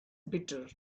bitter